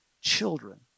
children